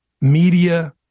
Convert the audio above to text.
media